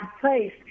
place